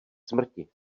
smrti